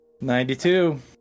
ninety-two